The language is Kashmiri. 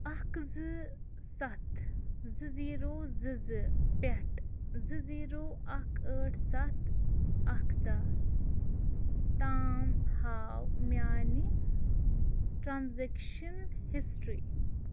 اکھ زٕ سَتھ زٕ زیٖرو زٕ زٕ پٮ۪ٹھ زٕ زیٖرو اکھ ٲٹھ سَتھ اکھ دَہ تام ہاو میانہِ ٹرانزیکشن ہسٹری